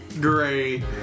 great